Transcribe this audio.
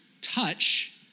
touch